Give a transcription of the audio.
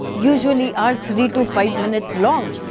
usually ah three to five minutes long,